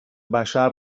بشر